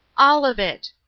all of it!